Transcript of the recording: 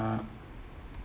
uh